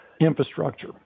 infrastructure